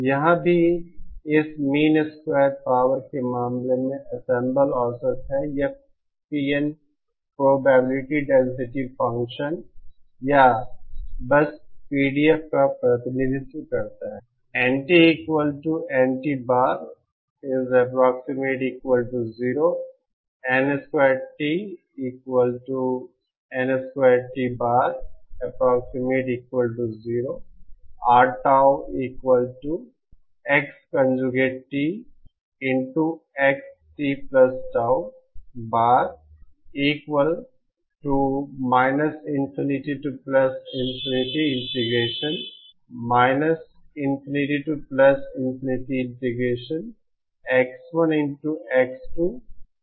यहाँ भी इस मीन स्क्वेयर पावर के मामले में एंसेंबल औसत है यह पीएन प्रोबेबिलिटी डेंसिटी फंक्शन या बस पीडीएफ का प्रतिनिधित्व करता है